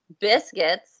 biscuits